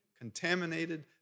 contaminated